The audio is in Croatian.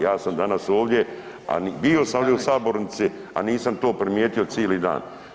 Ja sam danas ovdje, a bio sam ovdje u sabornici, a nisam to primijetio cili dan.